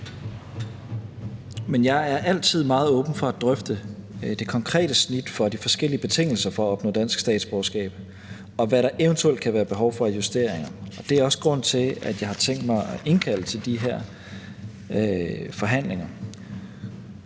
Jeg er altid meget åben for at drøfte det konkrete snit for de forskellige betingelser for at opnå dansk statsborgerskab, og hvad der eventuelt kan være behov for af justeringer, og det er også grunden til, at jeg har tænkt mig at indkalde til de her forhandlinger.